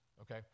okay